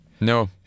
No